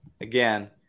again